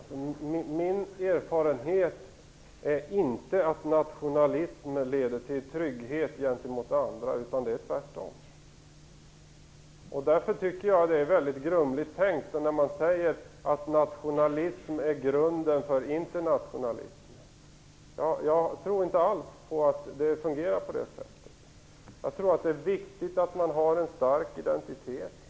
Fru talman! Min erfarenhet är inte att nationalism leder till trygghet gentemot andra, utan det är tvärtom. Därför är det väldigt grumligt tänkt när man säger att nationalism är grunden för internationalism. Jag tror inte alls att det fungerar på det sättet. Det är viktigt att man har en stark identitet.